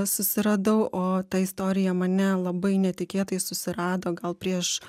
susiradau o ta istorija mane labai netikėtai susirado gal prieš